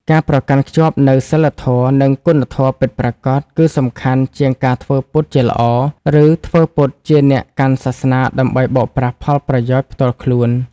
ការប្រកាន់ខ្ជាប់នូវសីលធម៌ និងគុណធម៌ពិតប្រាកដ គឺសំខាន់ជាងការធ្វើពុតជាល្អ ឬធ្វើពុតជាអ្នកកាន់សាសនាដើម្បីបោកប្រាស់ផលប្រយោជន៍ផ្ទាល់ខ្លួន។